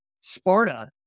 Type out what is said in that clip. Sparta